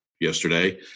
yesterday